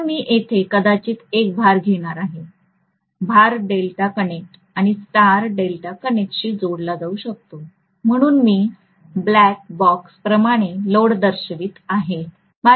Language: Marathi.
आता मी येथे कदाचित एक भार घेणार आहे भार डेल्टा कनेक्ट किंवा स्टार कनेक्ट शी जोडला जाऊ शकतो म्हणून मी ब्लॅक बॉक्स प्रमाणे लोड दर्शवित आहे